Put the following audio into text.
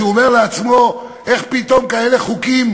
שהוא אומר לעצמו "איך פתאום כאלה חוקים